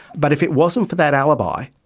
but if it wasn't for that alibi,